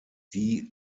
die